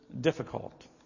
difficult